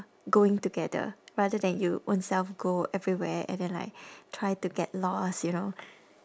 going together rather than you own self go everywhere and then like try to get lost you know